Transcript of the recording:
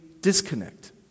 disconnect